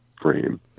frame